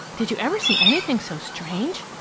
did you ever see anything so strange!